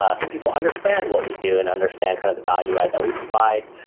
ah so people understand what we do and understand kind of the value add that we provide,